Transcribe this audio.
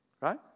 Right